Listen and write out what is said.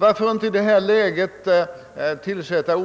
Varför inte i detta läge omedelbart tillsätta